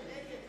57 נגד.